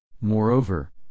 Moreover